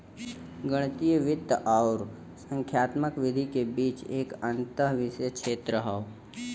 गणितीय वित्त आउर संख्यात्मक विधि के बीच एक अंतःविषय क्षेत्र हौ